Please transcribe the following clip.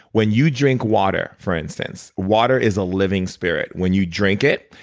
when you drink water for instance, water is a living spirit. when you drink it,